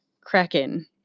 Kraken